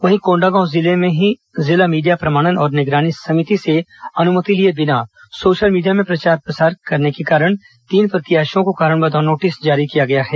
वहीं कोंडागांव जिले में ही जिला मीडिया प्रमाणन और निगरानी समिति से अनुमति लिए बिना सोशल मीडिया में प्रचार प्रसार करने के कारण तीन प्रत्याशियों को कारण बताओ नोटिस जारी किया गया है